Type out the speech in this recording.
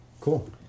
cool